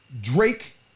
Drake